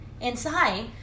inside